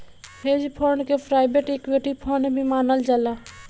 hedge fund के private equity fund भी मानल जाला